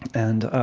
and